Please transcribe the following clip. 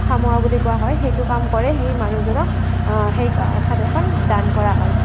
খামোৱা বুলি কোৱা হয় সেইটো সেইটো কাম কৰে সেই মানুহজনক সেই চাদৰখন দান কৰা হয়